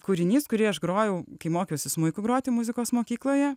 kūrinys kurį aš grojau kai mokiausi smuiku groti muzikos mokykloje